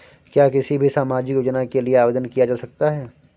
क्या किसी भी सामाजिक योजना के लिए आवेदन किया जा सकता है?